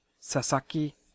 Sasaki